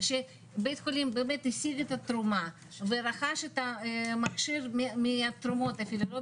כשבית חולים באמת השיג את התרומה ורכש את המכשיר מהתרומות ואפילו לא